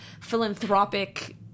philanthropic